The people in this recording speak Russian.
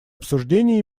обсуждение